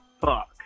Fuck